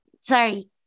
sorry